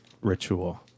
ritual